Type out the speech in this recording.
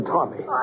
Tommy